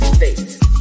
face